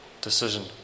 decision